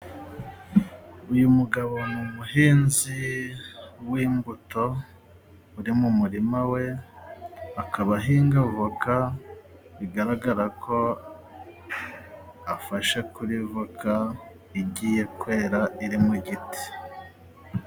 Uyu mugabo ni umuhinzi w'imbuto uri mu murima we， akaba ahinga avoka bigaragara ko afashe kuri voka igiye kwera iri mu giti.